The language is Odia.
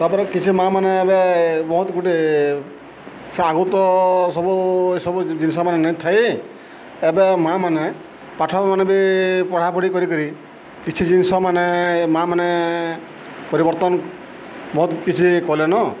ତା'ପରେ କିଛି ମାଆ ମାନେ ଏବେ ବହୁତ ଗୋଟେ ସେ ଆଗୁରୁତ ସବୁ ଏସବୁ ଜିନିଷ ମାନ ନେଇ ଥାଏ ଏବେ ମା ମାନେ ପାଠମାନ ବି ପଢ଼ାପଢ଼ି କରିକିରି କିଛି ଜିନିଷ ମାନେ ମା ମାନେ ପରିବର୍ତ୍ତନ ବହୁତ କିଛି କଲେନ